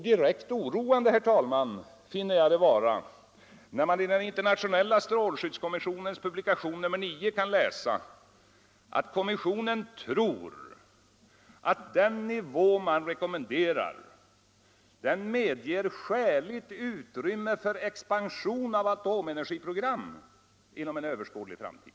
Direkt oroande, herr talman, finner jag det vara när vi i den internationella strålskyddskommissionens publikation nr 9 kan läsa att kommissionen tror att den nivå som rekommenderas medger skäligt utrvemme för expansion av atomenergiprogram inom en överskådlig framtid.